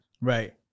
right